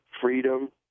freedom